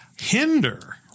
hinder